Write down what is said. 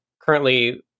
currently